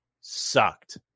sucked